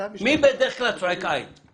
זה